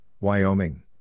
Wyoming